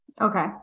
okay